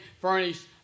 furnished